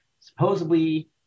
Supposedly